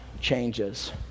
changes